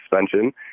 suspension